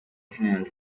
general